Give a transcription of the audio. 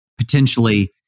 potentially